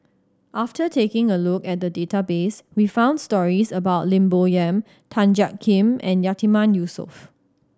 after taking a look at the database we found stories about Lim Bo Yam Tan Jiak Kim and Yatiman Yusof